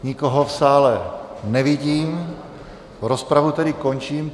Nikoho v sále nevidím, rozpravu tedy končím.